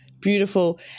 Beautiful